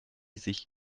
sich